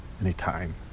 anytime